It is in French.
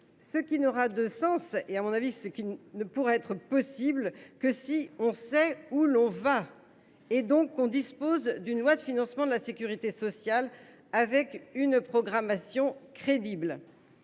ce qui n’aura de sens et ne sera possible que si on sait où l’on va et donc si l’on dispose d’une loi de financement de la sécurité sociale, avec une programmation crédible.